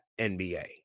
NBA